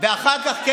כן.